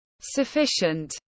sufficient